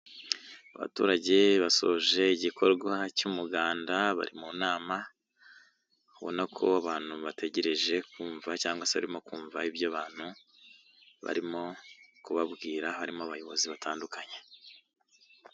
Abaturage basoje igikorwa cy'umuganda bari mu nama, ubona ko abantu bategereje kumva cyangwa se barimo kumva ibyo abantu barimo kubabwira, harimo abayobozi batandukanye.